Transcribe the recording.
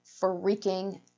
freaking